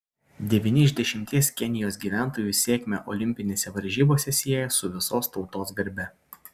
devyni iš dešimties kenijos gyventojų sėkmę olimpinėse varžybose sieja su visos tautos garbe